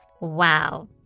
Wow